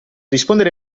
rispondere